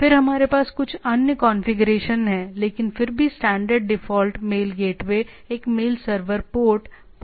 फिर हमारे पास कुछ अन्य कॉन्फ़िगरेशन है लेकिन फिर भी स्टैंडर्ड डिफ़ॉल्ट मेल गेटवे एक मेल सर्वर पोर्ट पोर्ट 25 है